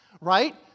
right